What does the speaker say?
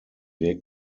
weg